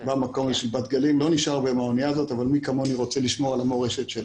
לא נשאר הרבה מהאנייה הזאת אבל מי כמוני רוצה לשמור על המורשת שלה.